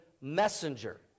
messenger